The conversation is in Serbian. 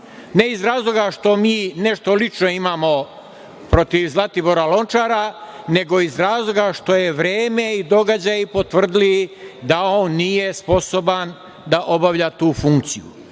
Ne iz razloga što mi nešto lično imamo protiv Zlatibora Lončara, nego iz razloga što su vreme i događaji potvrdili da on nije sposoban da obavlja tu funkciju.